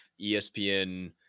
ESPN